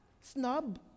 Snob